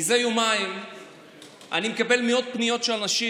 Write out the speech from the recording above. מזה יומיים אני מקבל מאות פניות של אנשים,